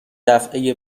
دفعه